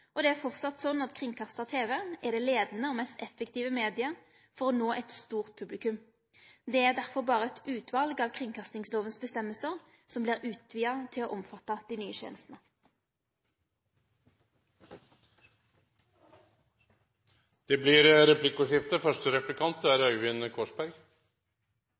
og det er framleis slik at kringkasta tv er det leiande og mest effektive mediet for å nå eit stort publikum. Det er derfor berre eit utval av reglane i kringkastingsloven som vert utvida til å omfatte dei nye tenestene. Det blir replikkordskifte.